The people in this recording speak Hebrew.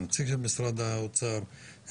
נציג משרד האוצר,